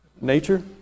nature